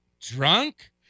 drunk